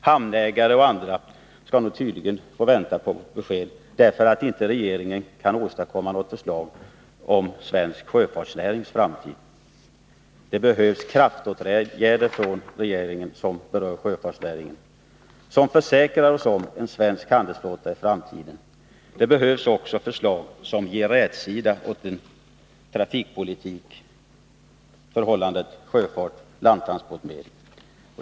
Hamnägare och andra skall nu tydligen få vänta på besked därför att inte regeringen kan åstadkomma något förslag om svensk sjöfartsnärings framtid. Det behövs kraftåtgärder från regeringen för sjöfartsnäringen, åtgärder som försäkrar oss om en svensk handelsflotta i framtiden. Det behövs också förslag som får rätsida på svensk trafikpolitik vad gäller förhållandet sjöfart-landtransportmedel.